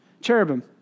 cherubim